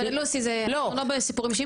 אבל לוסי אנחנו לא בסיפורים.